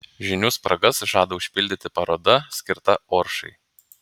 žinių spragas žada užpildyti paroda skirta oršai